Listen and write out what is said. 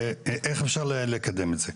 איך אפשר לקדם את זה.